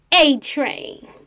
A-Train